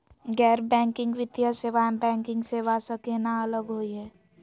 गैर बैंकिंग वित्तीय सेवाएं, बैंकिंग सेवा स केना अलग होई हे?